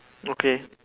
okay